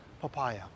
papaya